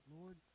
Lord